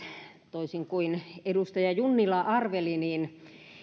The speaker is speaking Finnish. toisin kuin edustaja junnila arveli